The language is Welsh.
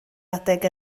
adeg